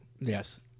Yes